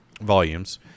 volumes